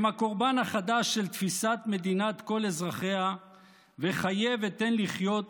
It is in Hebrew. הם הקורבן החדש של תפיסת מדינת כל אזרחיה וחיה ותן לחיות